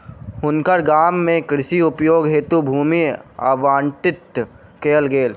हुनकर गाम में कृषि उपयोग हेतु भूमि आवंटित कयल गेल